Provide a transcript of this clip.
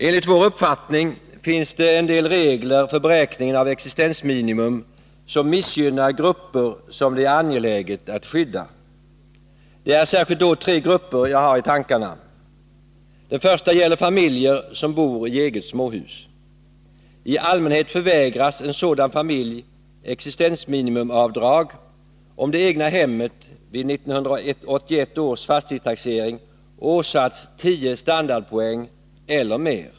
Enligt vår uppfattning finns det en del regler för beräkningen av existensminimum som missgynnar grupper som det är angeläget att skydda. Det är särskilt tre grupper jag har i tankarna. Den första gäller familjer som bor i eget småhus. I allmänhet förvägras en sådan familj existensminimumavdrag om det egna hemmet vid 1981 års fastighetstaxering åsatts 10 standardpoäng eller mer.